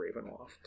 Ravenloft